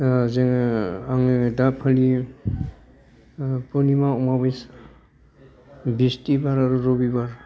जोङो आङो दा फालियो पुरनिमा अमाब्सया बिसथिबार आरो रबिबार